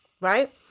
right